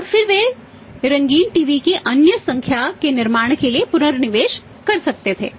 और फिर वे रंगीन टीवी की अन्य संख्या के निर्माण के लिए पुनर्निवेश कर सकते थे